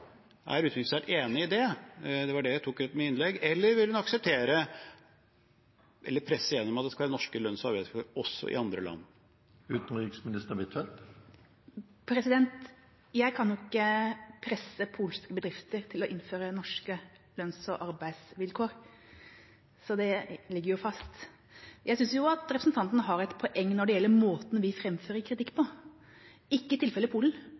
Er utenriksministeren enig i det – det var det jeg tok opp i innlegget mitt – eller vil hun presse igjennom at det skal være norske lønns- og arbeidsvilkår i andre land også? Jeg kan ikke presse polske bedrifter til å innføre norske lønns- og arbeidsvilkår. Det ligger fast. Jeg synes representanten har et poeng når det gjelder måten vi framfører kritikk på, men ikke i tilfellet Polen.